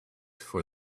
for